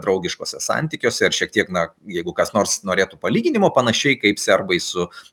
draugiškuose santykiuose ir šiek tiek na jeigu kas nors norėtų palyginimo panašiai kaip serbai su